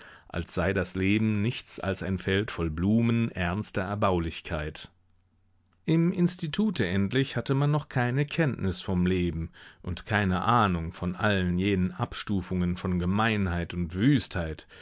als sei das leben nichts als ein feld voll blumen ernster erbaulichkeit im institute endlich hatte man noch keine kenntnis vom leben und keine ahnung von allen jenen abstufungen von gemeinheit und wüstheit